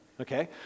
Okay